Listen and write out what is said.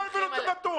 לא צריך שום דבר,